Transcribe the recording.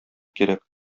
кирәк